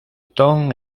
tom